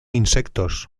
insectos